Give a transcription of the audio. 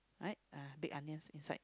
right ah big onions inside the